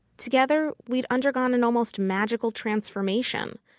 together, we'd undergone an almost magical transformation.